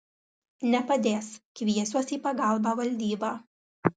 nepadės kviesiuos į pagalbą valdybą